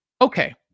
Okay